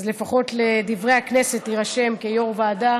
אז לפחות בדברי הכנסת יירשם כיו"ר ועדה